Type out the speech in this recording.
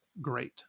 great